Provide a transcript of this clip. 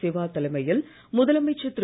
சிவா தலைமையில் முதலமைச்சர் திரு